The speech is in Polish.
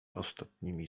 ostatnimi